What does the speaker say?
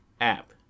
app